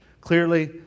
Clearly